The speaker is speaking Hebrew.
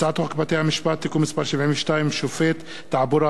הצעת חוק בתי-המשפט (תיקון מס' 72) (שופט תעבורה),